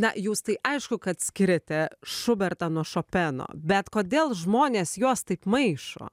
na jūs tai aišku kad skiriate šubertą nuo šopeno bet kodėl žmonės juos taip maišo